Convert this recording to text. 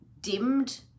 dimmed